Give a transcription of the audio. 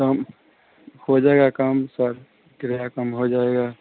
कम हो जाएगा कम सर किराया कम हो जाएगा